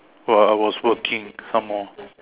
while I was working some more